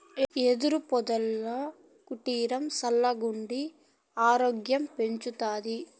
యెదురు పొదల కుటీరం సల్లగుండి ఆరోగ్యం పెంచతాది